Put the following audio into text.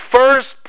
first